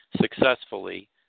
successfully